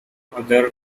other